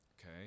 Okay